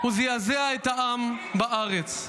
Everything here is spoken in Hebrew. הוא זעזע את העם בארץ.